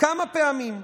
כמה פעמים.